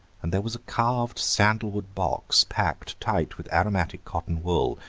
and there was a carved sandal-wood box packed tight with aromatic cotton-wool,